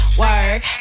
work